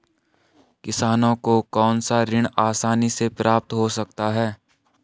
किसानों को कौनसा ऋण आसानी से प्राप्त हो सकता है?